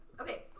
Okay